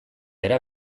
era